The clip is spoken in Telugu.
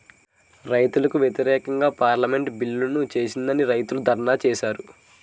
రైతులకు వ్యతిరేకంగా పార్లమెంటు బిల్లులను చేసిందని రైతులు ధర్నాలు చేశారు